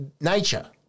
nature